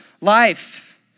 life